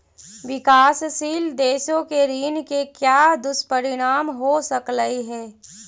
विकासशील देशों के ऋण के क्या दुष्परिणाम हो सकलई हे